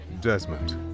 Desmond